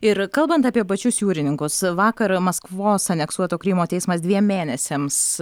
ir kalbant apie pačius jūrininkus vakar maskvos aneksuoto krymo teismas dviem mėnesiams